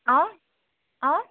অঁ অঁ